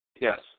Yes